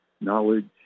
knowledge